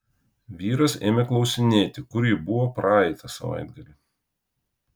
vyras ėmė klausinėti kur ji buvo praeitą savaitgalį